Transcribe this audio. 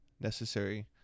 necessary